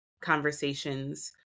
conversations